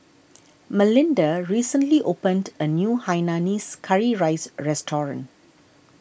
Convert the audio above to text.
Melinda recently opened a new Hainanese Curry Rice restaurant